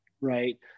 right